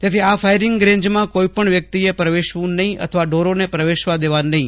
તેથી આ ફાયરીંગ રેન્જમાં કોઈ પણ વ્યક્તિએ પ્રવેશવું નહિ અથવા ઢોરને પ્રવેશવા દેવા નહિ